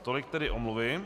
Tolik tedy omluvy.